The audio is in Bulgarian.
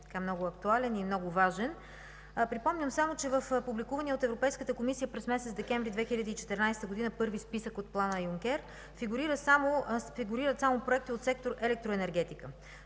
много актуален и важен. Припомням само, че в публикувания от Европейската комисия през месец декември 2014 г. първи списък от Плана Юнкер фигурират само проекти от сектор „Електроенергетика”.